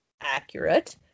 Accurate